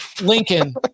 Lincoln